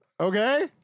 Okay